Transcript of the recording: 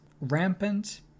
rampant